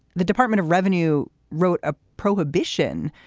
the department of revenue wrote a prohibition,